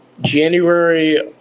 January